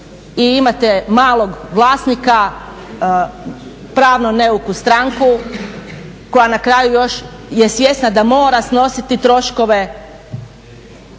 i imate malog vlasnika pravno neuku stranku koja na kraju još je svjesna da mora snositi troškove